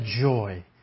joy